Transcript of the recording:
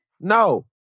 No